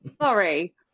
Sorry